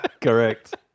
Correct